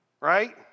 Right